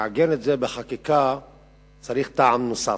לעגן את זה בחקיקה צריך טעם נוסף.